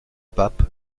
pape